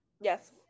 Yes